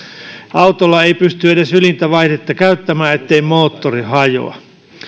autolla ei pysty edes ylintä vaihdetta käyttämään ettei moottori hajoa